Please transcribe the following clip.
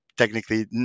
Technically